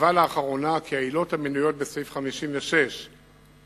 קבע לאחרונה כי העילות המנויות בסעיף 56 בפקודת